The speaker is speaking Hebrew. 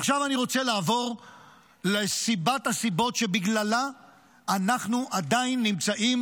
עכשיו אני רוצה לעבור לסיבת הסיבות שבגללה אנחנו עדיין נמצאים